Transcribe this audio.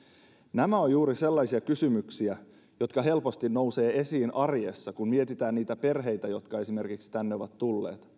nämä ovat juuri sellaisia kysymyksiä jotka helposti nousevat esiin arjessa kun mietitään esimerkiksi niitä perheitä tai niitä henkilöitä jotka tänne ovat tulleet